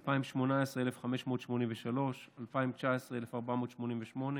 2018, 1,583, 2019, 1,488,